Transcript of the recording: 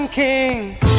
kings